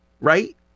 right